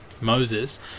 Moses